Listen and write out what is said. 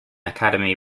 academy